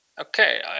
okay